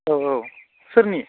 औ औ सोरनि